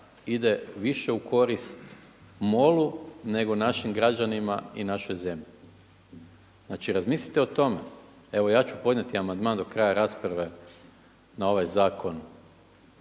ide više u korist MOL-u nego našim građanima i našoj zemlji, znači razmislite o tome. Evo ja ću podnijeti amandman do kraja rasprave na ovaj zakon